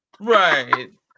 Right